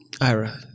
Ira